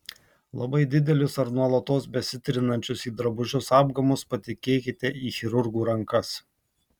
labai didelius ar nuolatos besitrinančius į drabužius apgamus patikėkite į chirurgų rankas